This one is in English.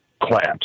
clamps